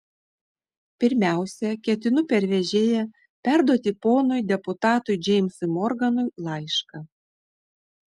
pirmiausia ketinu per vežėją perduoti ponui deputatui džeimsui morganui laišką